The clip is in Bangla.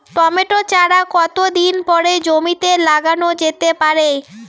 টমেটো চারা কতো দিন পরে জমিতে লাগানো যেতে পারে?